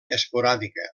esporàdica